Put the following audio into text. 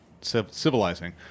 civilizing